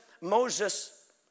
Moses